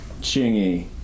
Chingy